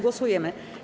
Głosujemy.